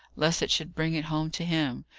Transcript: lest it should bring it home to him.